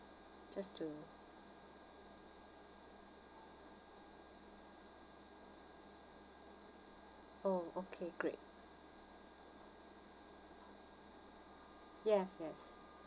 just to oh okay great yes yes